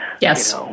Yes